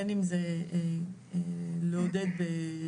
בין אם זה לעודד כמסלולים,